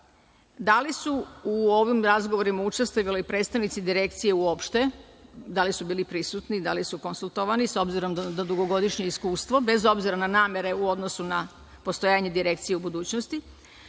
Da li su u ovim razgovorima učestvovali i predstavnici Direkcije uopšte, da li su bili prisutni, da li su konsultovani s obzirom na dugogodišnje iskustvo bez obzira na namere u odnosu na postojanje Direkcije u budućnosti?